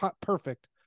perfect